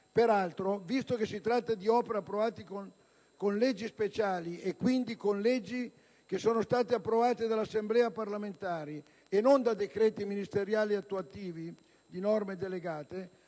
Peraltro, visto che si tratta di opere approvate con leggi speciali, e quindi con leggi che sono state approvate dalle Assemblee parlamentari e non da decreti ministeriali attuativi di norme delegate,